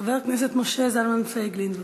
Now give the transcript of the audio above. חבר הכנסת משה זלמן פייגלין, בבקשה.